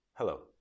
hello